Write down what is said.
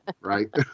Right